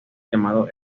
llamado